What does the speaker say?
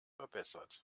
verbessert